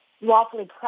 lawfully